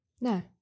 No